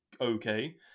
okay